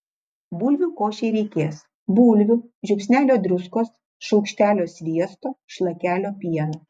bulvių košei reikės bulvių žiupsnelio druskos šaukštelio sviesto šlakelio pieno